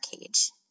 cage